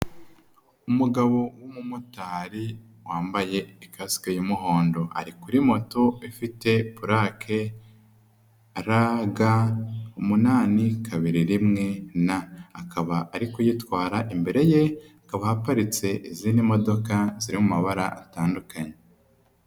Umugabo w'umumotari wambaye ikasike y'umuhondo, ari kuri moto ifite purake RG821N. Akaba ari kuyitwara, imbere ye hakaba haparitse izindi modoka ziri mu mabara atandukanye.